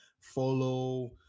follow